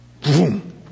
Boom